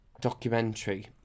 documentary